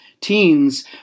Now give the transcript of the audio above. teens